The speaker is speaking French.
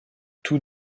tous